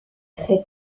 très